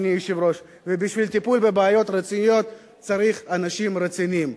ובשביל טיפול בבעיות רציניות צריך אנשים רציניים.